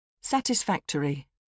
Satisfactory